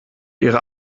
ihrer